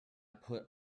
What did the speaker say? put